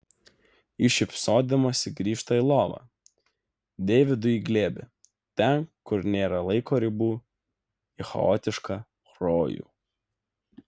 ji šypsodamasi grįžta į lovą deividui į glėbį ten kur nėra laiko ribų į chaotišką rojų